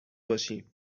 باشیم